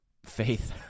Faith